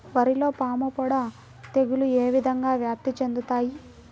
వరిలో పాముపొడ తెగులు ఏ విధంగా వ్యాప్తి చెందుతాయి?